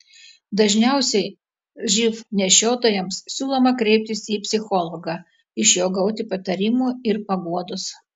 dažniausiai živ nešiotojams siūloma kreiptis į psichologą iš jo gauti patarimų ir paguodos